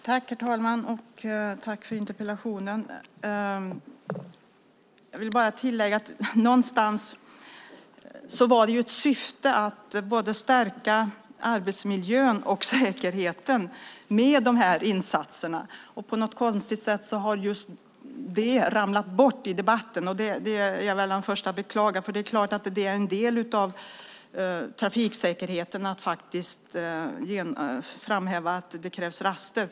Herr talman! Jag tackar för interpellationsdebatten. Jag vill bara tillägga att det fanns ett syfte att stärka både arbetsmiljön och säkerheten med de här insatserna. På något konstigt sätt har just det ramlat bort i debatten. Det är jag den första att beklaga. Det är klart att det krävs raster som en del av trafiksäkerheten.